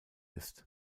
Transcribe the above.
ist